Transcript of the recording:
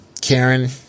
Karen